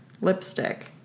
Lipstick